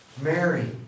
Mary